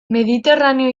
mediterraneo